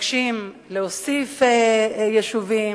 ומבקשים להוסיף יישובים.